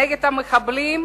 נגד המחבלים,